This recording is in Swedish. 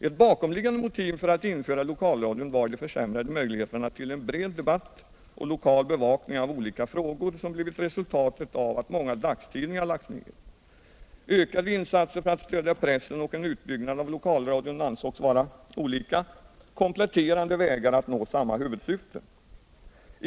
Ett bakomliggande motiv för att införa lokalradion var de försämrade möjligheterna till en bred och lokal bevakning av olika frågor som blivit resultatet av att många dagstidningar lagts ner. Ökade insatser för att stödja pressen och en utbyggnad av lokalradion ansågs vara olika, kompletterande vägar alt nå samma huvudsyfte.